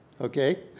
Okay